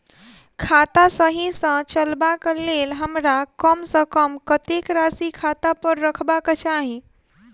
खाता सही सँ चलेबाक लेल हमरा कम सँ कम कतेक राशि खाता पर रखबाक चाहि?